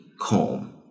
calm